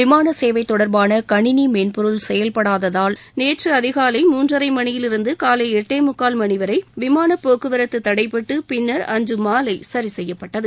விமான சேவை தொடர்பான கணினி மென்பொருள் செயல்படாததால் நேற்ற அதிகாலை மூன்றரை மணியிலிருந்து காலை எட்டே முக்கால் மணிவரை விமான போக்குவரத்து தடைபட்டு பின்னர் அன்று மாலை சரிசெய்யப்பட்டது